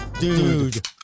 dude